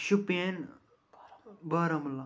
Shopian Baramulla